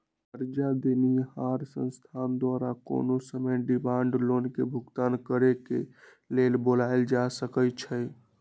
करजा देनिहार संस्था द्वारा कोनो समय डिमांड लोन के भुगतान करेक लेल बोलायल जा सकइ छइ